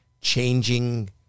changing